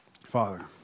Father